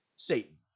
Satan